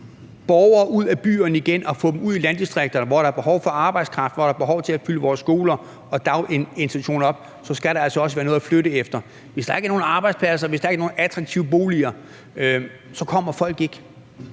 borgere ud af byerne igen og få dem ud i landdistrikterne, hvor der er behov for arbejdskraft, hvor der er behov for at fylde vores skoler og daginstitutioner op, så skal der altså også være noget at flytte efter. Hvis der ikke er nogen arbejdspladser, hvis der ikke er nogen attraktive boliger, så kommer folk ikke.